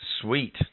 sweet